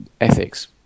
ethics